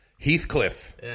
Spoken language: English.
Heathcliff